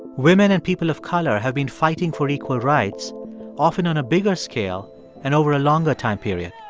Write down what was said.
women and people of color have been fighting for equal rights often on a bigger scale and over a longer time period